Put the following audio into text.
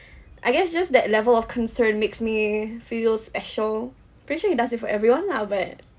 I guess just that level of concern makes me feel special pretty sure he does it for everyone lah but